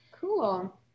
cool